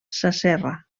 sasserra